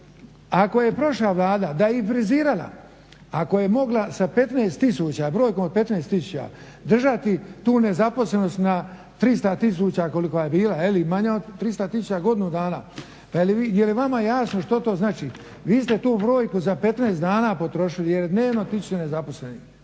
ako je prošla Vlada da je i frizirala, ako je mogla sa 15 tisuća, brojkom od 15 tisuća držati tu nezaposlenost na 300 tisuća koliko je bila jel' i manja od 300 tisuća godinu dana pa je li vama jasno što to znači? Vi ste tu brojku za 15 dana potrošili jer je dnevno tisuću nezaposlenih.